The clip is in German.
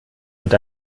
mit